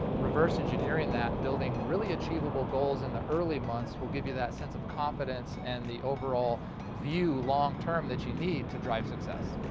reverse engineering that, and building really achievable goals in the early months will give you that sense of confidence and the overall view long term that you need to drive success.